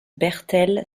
bertel